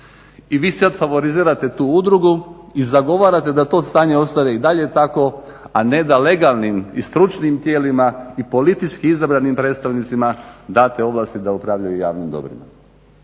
I vi sad favorizirate tu udrugu i zagovarate da to stanje ostane i dalje tako a ne da legalnim i stručnim tijelima i politički izabranim predstavnicima date ovlasti da upravljaju javnim dobrima.